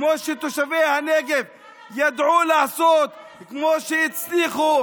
כמו שתושבי הנגב ידעו לעשות, כמו שהצליחו,